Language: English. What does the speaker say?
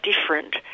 different